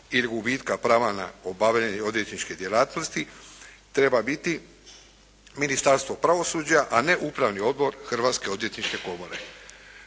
razumije./… prava na obavljanje odvjetničke djelatnosti treba biti Ministarstvo pravosuđa a ne upravni odbor Hrvatske odvjetničke komore.